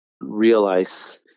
realize